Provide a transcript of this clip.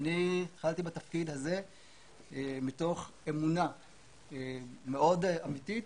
אני התחלתי בתפקיד הזה מתוך אמונה מאוד אמיתית